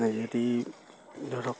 আৰু সিহঁতি ধৰক